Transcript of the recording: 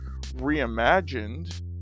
reimagined